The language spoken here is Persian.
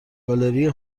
گالری